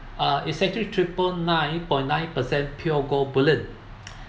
uh it's actually triple nine point nine per cent pure gold bullion